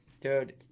Dude